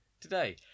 today